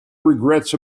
regrets